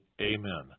Amen